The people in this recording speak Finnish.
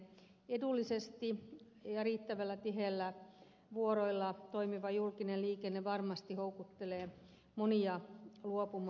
edullisesti ja riittävän tiheillä vuoroilla toimiva julkinen liikenne varmasti houkuttelee monia luopumaan yksityisautoilusta